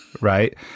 right